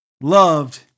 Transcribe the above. loved